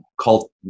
called